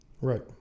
Right